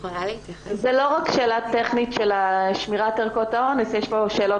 זה לא רק שאלה טכנית של שמירת ערכאות האונס אלא יש פה שאלות